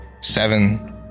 seven